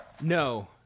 No